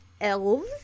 elves